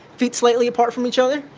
feet slightly apart from each other.